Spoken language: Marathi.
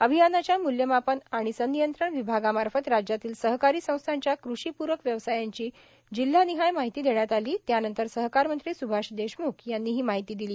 अभियानाच्या मुल्यमापन आणि संनियंत्रण विभागामार्फत राज्यातील सहकारी संस्थांच्या कृषी प्रक व्यवसायांची जिल्हानिहाय माहिती घेण्यात आली त्यानंतर सहकार मंत्री सुभाष देशम्ख यांनी ही माहिती दिली